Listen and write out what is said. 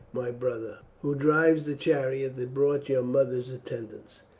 my brother, who drives the chariot that brought your mother's attendants,